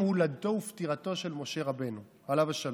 הולדתו ופטירתו של משה רבנו עליו השלום.